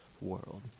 world